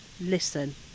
listen